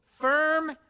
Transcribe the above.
firm